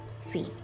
See